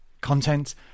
content